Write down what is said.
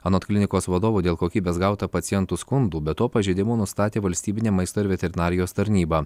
anot klinikos vadovo dėl kokybės gauta pacientų skundų be to pažeidimų nustatė valstybinė maisto ir veterinarijos tarnyba